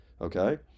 okay